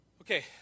Okay